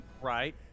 right